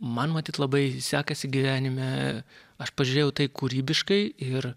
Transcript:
man matyt labai sekasi gyvenime aš pažiūrėjau į tai kūrybiškai ir